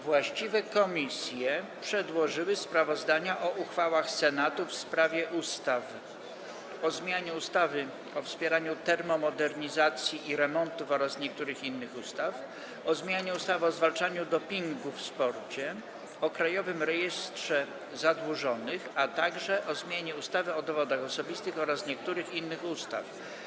Właściwe komisje przedłożyły sprawozdania o uchwałach Senatu w sprawie ustaw: - o zmianie ustawy o wspieraniu termomodernizacji i remontów oraz niektórych innych ustaw, - o zmianie ustawy o zwalczaniu dopingu w sporcie, - o Krajowym Rejestrze Zadłużonych, - o zmianie ustawy o dowodach osobistych oraz niektórych innych ustaw.